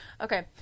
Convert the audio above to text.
Okay